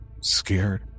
scared